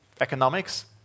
economics